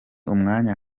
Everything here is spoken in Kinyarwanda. umwanya